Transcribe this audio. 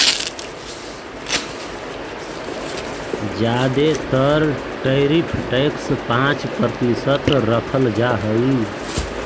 जादे तर tariff tax पाँच प्रतिशत रखल जा हई